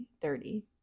thirty